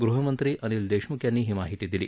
गृहमंत्री अनिल देशमुख यांनी ही माहिती दिली